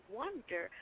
wonder